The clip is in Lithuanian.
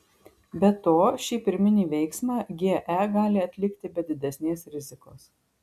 be to šį pirminį veiksmą ge gali atlikti be didesnės rizikos